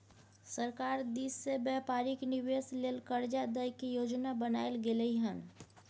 सरकार दिश से व्यापारिक निवेश लेल कर्जा दइ के योजना बनाएल गेलइ हन